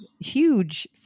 Huge